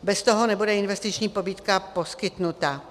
Bez toho nebude investiční pobídka poskytnuta.